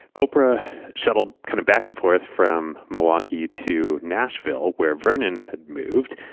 oprah shuttled kind of back and forth from milwaukee to nashville where vernon had moved.